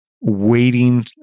waiting